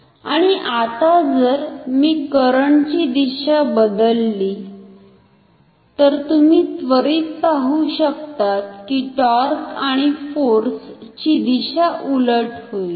आणि आता जर मी करंट ची दिशा बदलली तर तुम्ही त्वरित पाहू शकतात की टॉर्क आणि फोर्स ची दिशा उलट होईल